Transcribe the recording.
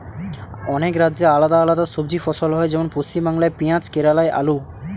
অনেক রাজ্যে আলাদা আলাদা সবজি ফসল হয়, যেমন পশ্চিমবাংলায় পেঁয়াজ কেরালায় আলু